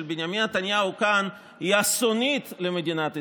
בנימין נתניהו כאן היא אסונית למדינת ישראל.